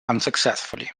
unsuccessfully